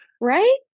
Right